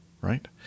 right